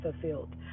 fulfilled